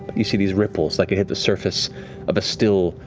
you see these ripples, like it hit the surface of a still,